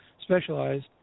specialized